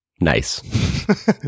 Nice